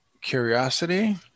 curiosity